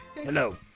Hello